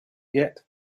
yet